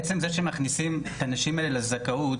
עצם זה שמכניסים את הנשים האלה לזכאות,